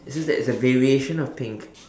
it's just that it's a variation of pink